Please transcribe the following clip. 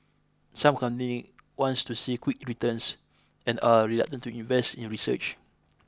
some companies want to see quick returns and are reluctant to invest in research